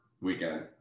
weekend